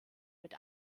mit